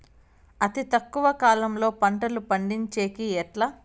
అతి తక్కువ కాలంలో పంటలు పండించేకి ఎట్లా?